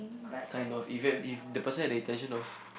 kind of even if the person had the intention of